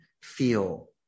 feel